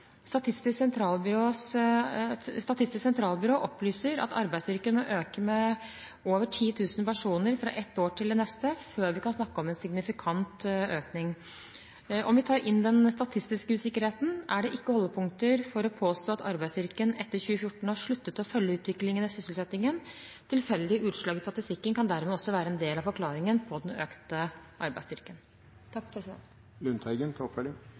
Statistisk sentralbyrå opplyser at arbeidsstyrken må øke med over 10 000 personer fra et år til det neste før vi kan snakke om en signifikant økning. Om vi tar inn den statistiske usikkerheten, er det ikke holdepunkter for å påstå at arbeidsstyrken etter 2014 har sluttet å følge utviklingen i sysselsettingen. Tilfeldige utslag i statistikken kan dermed også være en del av forklaringen på den økte arbeidsstyrken.